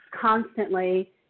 constantly